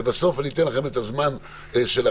ובסוף אתן לכם את הזמן שלכם,